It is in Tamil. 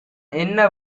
என்ன